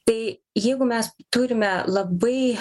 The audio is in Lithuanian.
tai jeigu mes turime labai